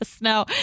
No